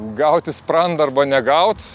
gaut į sprandą arba negaut